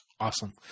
Awesome